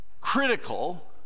critical